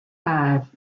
five